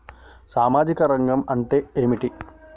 సామాజిక రంగం అంటే ఏమిటి?